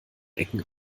ecken